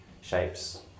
shapes